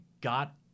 got